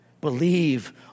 Believe